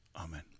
Amen